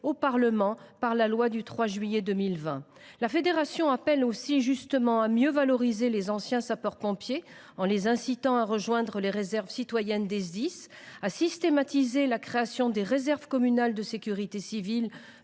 du statut créé par la loi du 3 juillet 2020. La FNSPF appelle aussi, justement, à mieux valoriser les anciens sapeurs pompiers en les incitant à rejoindre les réserves citoyennes des Sdis et en appelant à systématiser la création de réserves communales de sécurité civile